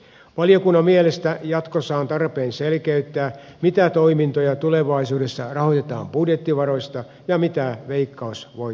valiokunnan mielestä jatkossa on tarpeen selkeyttää mitä toimintoja tulevaisuudessa rahoitetaan budjettivaroista ja mitä veikkausvoittovaroista